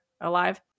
alive